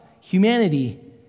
humanity